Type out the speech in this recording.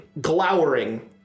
glowering